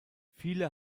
viele